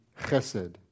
chesed